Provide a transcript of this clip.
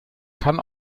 kann